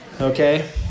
okay